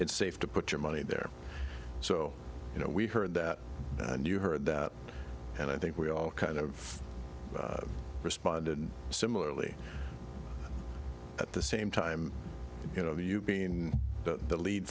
it's safe to put your money there so you know we heard that and you heard that and i think we all kind of respond and similarly at the same time you know you've been the lead